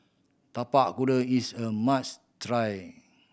Tapak Kuda is a must try